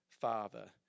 Father